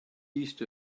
east